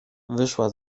wyszła